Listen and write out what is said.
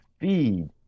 feed